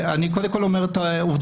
אני קודם כל אומר עובדתית.